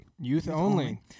Youth-only